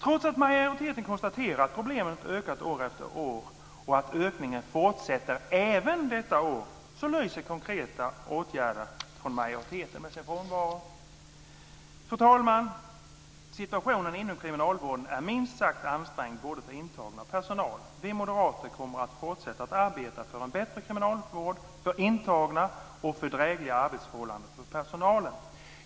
Trots att majoriteten konstaterar att problemet har ökat år efter år och att ökningen fortsätter även detta år lyser konkreta åtgärder från majoriteten med sin frånvaro. Fru talman! Situationen inom kriminalvården är minst sagt ansträngd både för intagna och för personalen. Vi moderater kommer att fortsätta att arbeta för en bättre kriminalvård för intagna och för drägliga arbetsförhållanden för personalen.